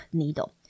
needle